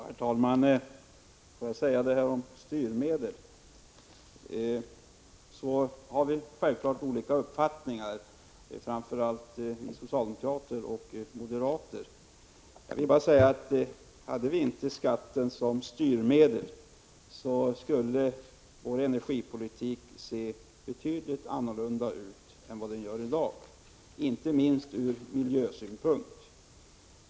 Herr talman! I fråga om styrmedel har vi självfallet olika meningar, och framför allt skiljer sig meningarna mellan socialdemokrater och moderater. Men jag vill säga att hade vi inte skatten som styrmedel så skulle vår energipolitik se betydligt annorlunda ut än vad den gör i dag, inte minst ur miljösynpunkt.